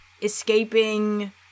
escaping